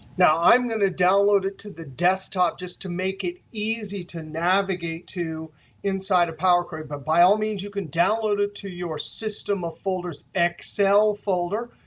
now, i'm going to download it to the desktop just to make it easy to navigate to inside of power query. but by all means, you can download it to your system of folders, excel folder.